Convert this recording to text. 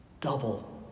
Double